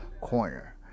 corner